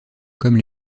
comme